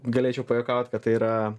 galėčiau pajuokaut kad tai yra